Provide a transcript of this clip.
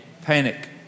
Panic